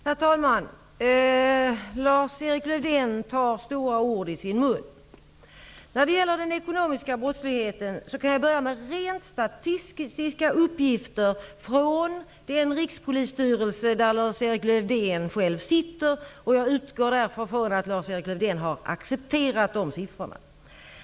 Herr talman! Lars-Erik Lövdén tar stora ord i sin mun. När det gäller den ekonomiska brottsligheten kan jag börja med att lämna rent statistiska uppgifter från Rikspolisstyrelsen, där Lars-Erik Lövdén själv sitter med. Jag utgår därför från att Lars-Erik Lövdén har accepterat de här siffrorna.